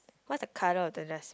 what the colour of the desk